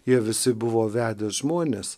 jie visi buvo vedę žmonės